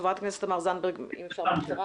בחרת הכנסת תמר זנדברג, אם אפשר בקצרה.